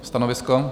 Stanovisko?